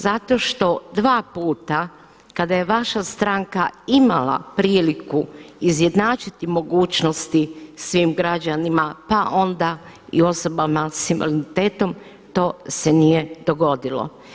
Zato što dva puta kada je vaša stranka imala priliku izjednačiti mogućnosti svim građanima, pa onda i osobama s invaliditetom to se nije dogodilo.